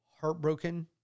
heartbroken